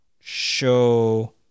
show